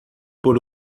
por